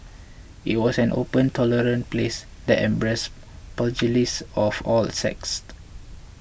it was an open tolerant place that embraced pugilists of all the sects